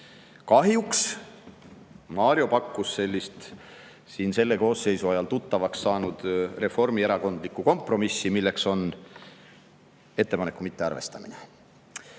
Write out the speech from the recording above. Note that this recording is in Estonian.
Kahjuks Mario pakkus siin selle koosseisu ajal tuttavaks saanud reformierakondlikku kompromissi, milleks on ettepaneku mittearvestamine.